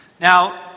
Now